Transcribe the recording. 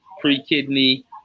pre-kidney